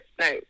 no